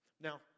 Now